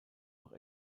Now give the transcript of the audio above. noch